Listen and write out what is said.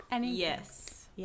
Yes